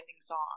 song